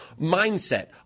mindset